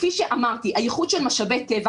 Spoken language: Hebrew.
כפי שאמרתי, הייחוד של משאבי טבע